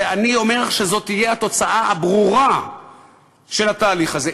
ואני אומר שזו תהיה התוצאה הברורה של התהליך הזה.